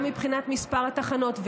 גם מבחינת מספר התחנות,